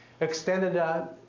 Extended